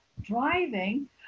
driving